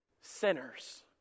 sinners